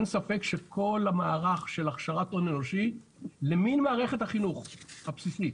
אין ספק שכל המערך של הכשרת הון אנושי למין מערכת החינוך הבסיסית